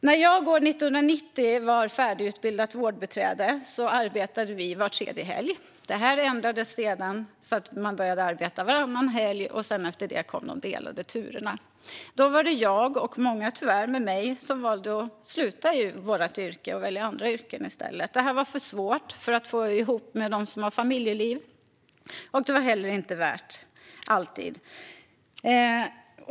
När jag år 1990 var färdigutbildat vårdbiträde arbetade vi var tredje helg. Det ändrades sedan till varannan helg, och efter det kom de delade turerna. Då var det tyvärr många med mig som valde att sluta och gå till andra yrken eftersom det var för svårt att få ihop med familjelivet. Det var inte värt det.